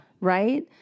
Right